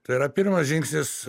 tai yra pirmas žingsnis